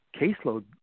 caseload